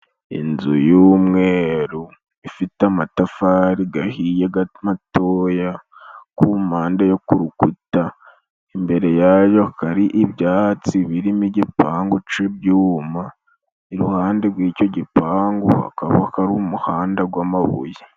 Inzu y'umweru ifite amatafari gahiye matoya, ku mpande yo ku rukuta, imbere yayo hakaba hari ibyatsi birimo igipangu c'i byuma, iruhande rw'ico gipangu hakaba hari umuhanda gw'amabuye.